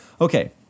Okay